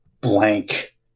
blank